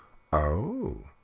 oh!